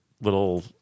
little